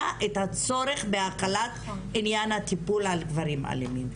את הצורך בהחלת עניין הטיפול על גברים אלימים,